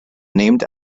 named